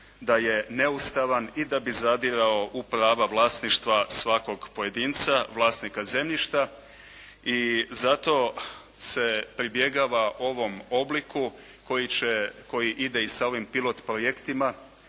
da je neustavan i da bi zadirao u prava vlasništva svakog pojedinca vlasnika zemljišta. I zato se pribjegava ovom obliku koji će, koji ide i sa ovim pilot projektima,